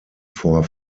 vor